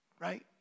right